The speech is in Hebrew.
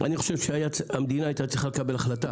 אני חושב שהמדינה הייתה צריכה לקבל החלטה